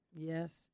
Yes